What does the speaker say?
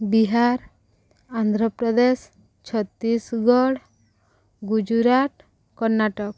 Bihar Andhra Pradesh Chhattisgarh Gujarat Karnataka